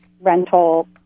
rental